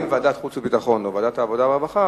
האם ועדת החוץ והביטחון או ועדת העבודה והרווחה,